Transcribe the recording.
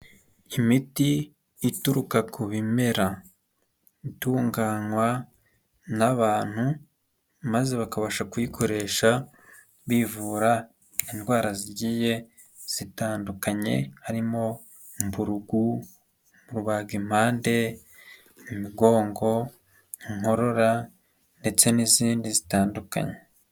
Imiti ituruka ku bimera, itunganywa n'abantu maze bakabasha kuyikoresha, bivura indwara zigiye, zitandukanye, harimo mburugu, rubagimpande, imigongo, inkorora ndetse n'izindi zitandukanye.